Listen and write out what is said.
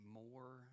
more